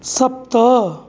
सप्त